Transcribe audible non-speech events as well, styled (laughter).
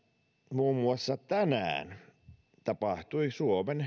muun muassa tänään tapahtui suomen (unintelligible)